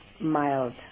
mild